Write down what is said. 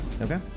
Okay